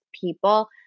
people